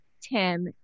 Tim